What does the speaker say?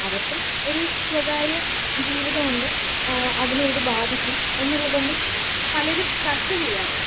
അവർക്കും ഒരു സ്വകാര്യ ജീവിതമുണ്ട് അതിനെ ഇത് ബാധിക്കും എന്നുള്ളതൊന്നും പലരും ചർച്ച ചെയ്യാറില്ല